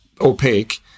opaque